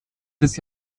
des